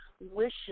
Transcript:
wishes